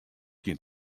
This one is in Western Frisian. gjin